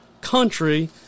country